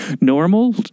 normal